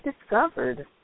discovered